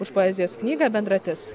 už poezijos knygą bendratis